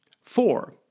Four